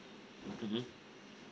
mm